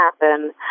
happen